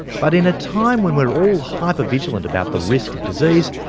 but in a time when we are all hypervigilant about the risk of disease,